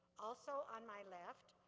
also on my left,